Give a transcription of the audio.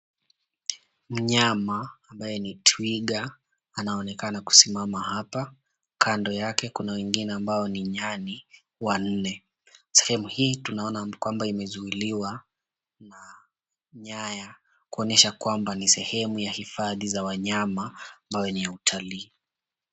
Mnyama ambaye ni twiga anaonekana kusimama hapa, kando yake kuna wengine ambao ni nyani wanne. Sehemu hii tunaona imezuiliwa na nyaya kuonyesha kuwa ni sehemu ya hifadhi za wanyama ambayo ni ya utalii.